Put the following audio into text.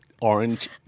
orange